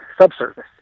subsurface